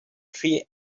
three